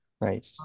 Right